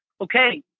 okay